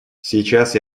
сейчас